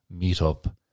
meetup